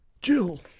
Jill